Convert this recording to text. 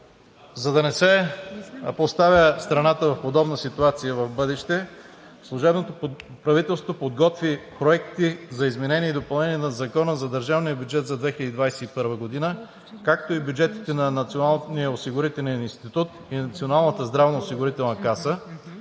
За да не се поставя страната в подобна ситуация в бъдеще, служебното правителство подготви проекти за изменение и допълнение на Закона за държавния бюджет за 2021 г., както и бюджетите на Националния осигурителен институт и на Националната здравноосигурителна каса,